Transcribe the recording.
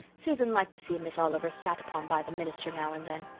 susan liked to see miss oliver sat upon by the minister now and then.